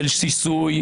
של שיסוי,